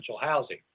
housing